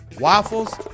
waffles